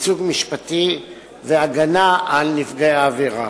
ייצוג משפטי והגנה על נפגעי עבירה.